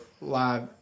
live